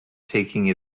taking